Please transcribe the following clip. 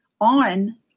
on